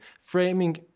framing